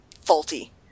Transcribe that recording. faulty